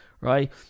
right